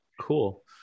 cool